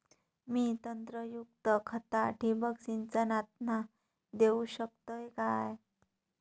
मी नत्रयुक्त खता ठिबक सिंचनातना देऊ शकतय काय?